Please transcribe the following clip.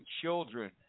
children